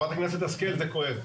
מסכים, זה כואב.